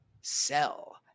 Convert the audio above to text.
sell